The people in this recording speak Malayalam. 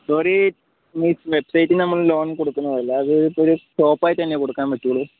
സോറി മീൻസ് വെബ്സൈറ്റിന് നമ്മൾ ലോൺ കൊടുക്കുന്നതല്ല അത് ഒരു ഷോപ്പായിട്ട് തന്നെ കൊടുക്കാൻ പറ്റുള്ളൂ